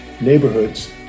neighborhoods